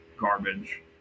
garbage